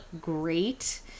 great